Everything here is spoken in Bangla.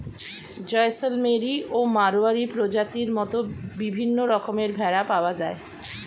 জয়সলমেরি ও মাড়োয়ারি প্রজাতির মত বিভিন্ন রকমের ভেড়া পাওয়া যায়